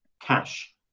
cash